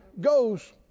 goes